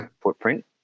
footprint